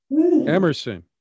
Emerson